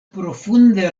profunde